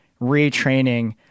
retraining